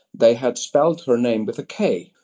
they had spelled her name with a k.